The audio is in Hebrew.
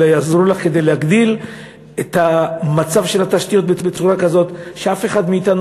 אלא יעזרו לך להעלות את המצב של התשתיות בצורה כזאת שאף אחד מאתנו,